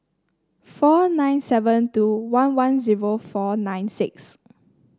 four nine seven two one one zero four nine six